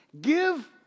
Give